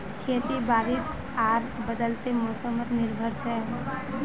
खेती बारिश आर बदलते मोसमोत निर्भर छे